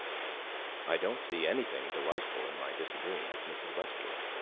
i don't see anything delightful in my disagreeing with mrs. westgate,